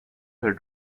their